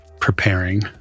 preparing